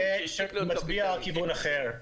--- מצביע על כיוון אחר.